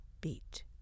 beat